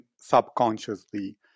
subconsciously